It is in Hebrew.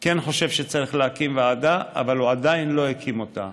כן חושב שצריך להקים ועדה אבל הוא עדיין לא הקים אותה.